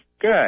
Good